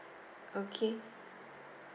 okay